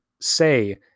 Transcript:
say